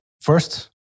first